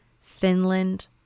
Finland